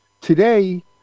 Today